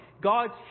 God's